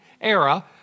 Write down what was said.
era